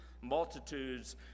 multitudes